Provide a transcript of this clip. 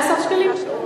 16 שקלים?